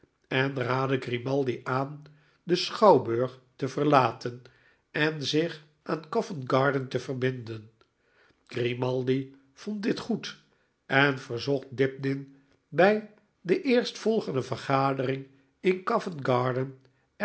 en raadde grimaldi aan den schouwburg te verlaten en zich aan covent-garden te verbinden grimaldi vond dit goed en verzocht dibdin bij de eerstvolgende vergadering in covent-garden